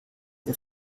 der